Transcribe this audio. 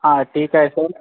हा ठीक आहे सर